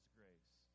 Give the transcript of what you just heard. grace